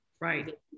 Right